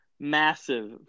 massive